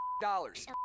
dollars